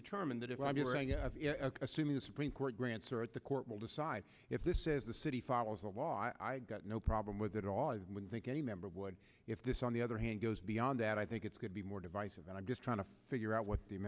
determined that it will be assuming the supreme court grants or at the court will decide if this says the city follows the law i've got no problem with that at all i think any member would if this on the other hand goes beyond that i think it's going to be more divisive and i'm just trying to figure out what the